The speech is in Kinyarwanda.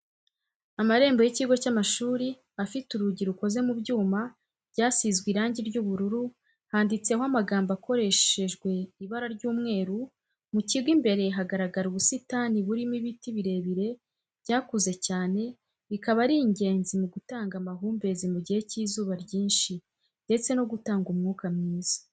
Amarembo y'ikigo cy'amashuri afite urugi rukoze mu byuma byasizwe irangi ry'ubururu handitseho amagambo akoreshejwe ibara ry'umweru, mu kigo imbere hagaragara ubusitani burimo n'ibiti birebire byakuze cyane bikaba ari ingenzi mu gutanga amahumbezi mu gihe cy'izuba ryinshi ndetse no gutanga umwuka mwiza.